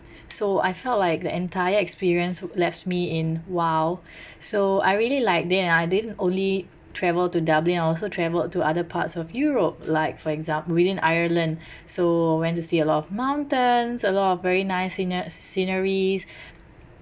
so I felt like the entire experience left me in !wow! so I really liked it and I didn't only travel to dublin I also travelled to other parts of europe like for example within ireland so I went to see a lot of mountains a lot of very nice scene~ sceneries